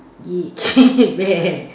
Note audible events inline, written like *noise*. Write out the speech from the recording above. !ee! *noise* carebear